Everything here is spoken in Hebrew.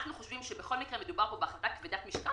אנחנו חושבים שמדובר פה בהחלטה כבדת משקל